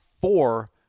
four